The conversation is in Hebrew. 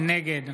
נגד